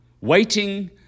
Waiting